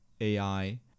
AI